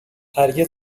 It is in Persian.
هرگز